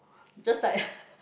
just like